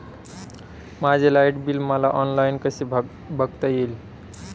माझे light bill मला online कसे बघता येईल?